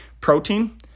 protein